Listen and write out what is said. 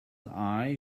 eye